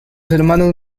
hermanos